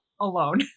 alone